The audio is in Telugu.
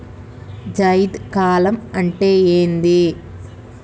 జైద్ కాలం అంటే ఏంది?